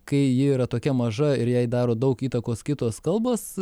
kai ji yra tokia maža ir jai daro daug įtakos kitos kalbos